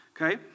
Okay